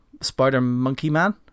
Spider-Monkey-Man